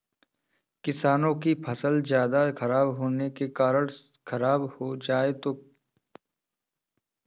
किसानों की फसल ज्यादा बरसात होने के कारण खराब हो जाए तो सरकार कितने रुपये देती है?